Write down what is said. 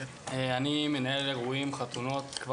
אני מנהל אירועים וחתונות ועוסק בתחום הזה